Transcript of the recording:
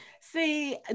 See